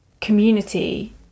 community